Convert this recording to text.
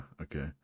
okay